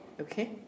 Okay